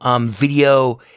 video